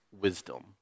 wisdom